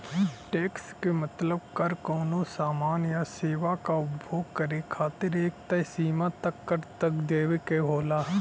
tax क मतलब कर कउनो सामान या सेवा क उपभोग करे खातिर एक तय सीमा तक कर देवे क होला